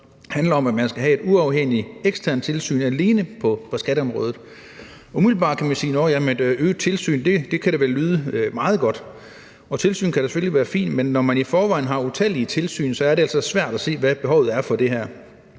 det handler om, at man skal have et uafhængigt eksternt tilsyn alene på skatteområdet. Umiddelbart kan man jo sige, at et øget tilsyn vel kan lyde meget godt, og tilsyn kan da selvfølgelig være fint, men når man i forvejen har utallige tilsyn, er det altså svært at se, hvad behovet er for det her.